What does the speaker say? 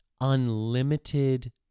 unlimited